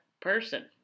person